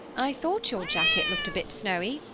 i thought your jacket looked a bit snowy.